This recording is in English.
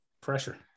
Pressure